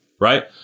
right